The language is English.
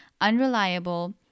unreliable